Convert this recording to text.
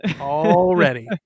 already